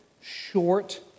short